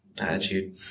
attitude